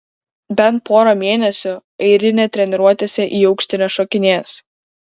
bent pora mėnesių airinė treniruotėse į aukštį nešokinės